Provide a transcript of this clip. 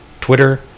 Twitter